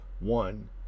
One